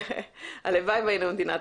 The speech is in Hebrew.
הלוואי והיינו מדינת